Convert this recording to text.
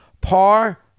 par